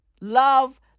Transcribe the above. Love